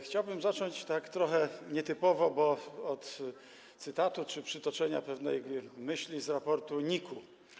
Chciałbym zacząć tak trochę nietypowo, bo od cytatu czy przytoczenia pewnej myśli z raportu NIK-u.